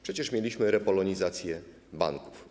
Przecież mieliśmy repolonizację banków.